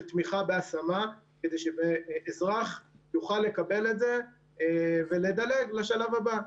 תמיכה בהשמה כדי שאזרח יוכל לקבל את זה ולדלג לשלב הבא,